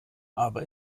aber